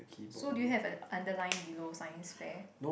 so do you have an underline below science fair